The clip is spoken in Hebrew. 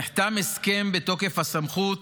נחתם הסכם בתוקף הסמכות